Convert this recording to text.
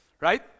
right